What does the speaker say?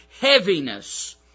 heaviness